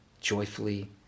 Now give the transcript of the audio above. joyfully